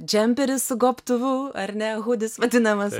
džemperis su gobtuvu ar ne hudis vadinamas